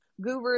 guru